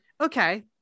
okay